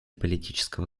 политического